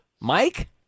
Mike